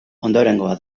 ondorengoa